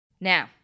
Now